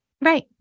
Right